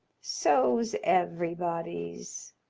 so's everybody's,